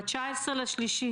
ב-19 במארס.